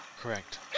Correct